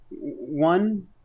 one